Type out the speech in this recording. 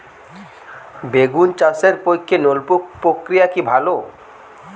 বেগুন চাষের পক্ষে নলকূপ প্রক্রিয়া কি ভালো?